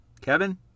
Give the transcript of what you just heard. Kevin